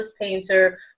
painter